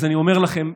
אז אני אומר לכם,